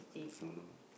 who know